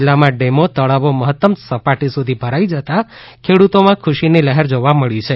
જિલ્લામાં ડેમો તળાવો મહત્તમ સપાટી સુધી ભરાઇ જતાં ખેડૂતોમાં ખુશીની લહેર જોવા મળે છે